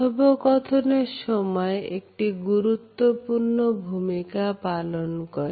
কথোপকথনের সময় একটি গুরুত্বপূর্ণ ভূমিকা পালন করে